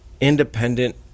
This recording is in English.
independent